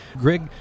Greg